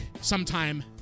sometime